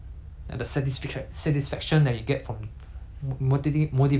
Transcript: motiva~ motivating yourself or having someone to motivate you is very different